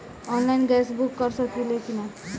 Online gas book कर सकिले की?